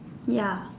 ya